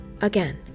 Again